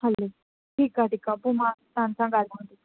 हलो ठीकु आहे ठीकु आहे पोइ मां तव्हां सां ॻाल्हायां थी